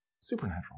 Supernatural